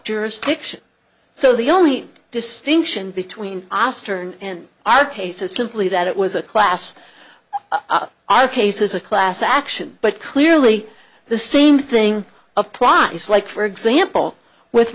jurisdiction so the only distinction between astern and our case is simply that it was a class of our cases a class action but clearly the same thing applies like for example with